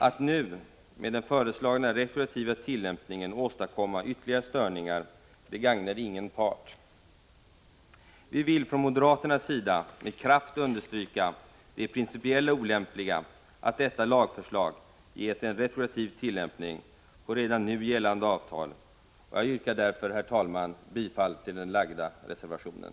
Att nu med den föreslagna retroaktiva tillämpningen åstadkomma ytterligare störningar gagnar ingen part. Vi vill från moderaternas sida med kraft understryka det principiellt olämpliga i att detta lagförslag ges en retroaktiv tillämpning på redan nu gällande avtal, och jag yrkar därför, herr talman, bifall till reservationen.